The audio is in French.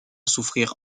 souffrir